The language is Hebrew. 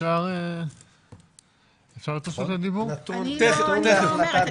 אני לא אומרת.